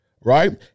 right